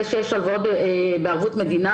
זה שיש הלוואות בערבות מדינה,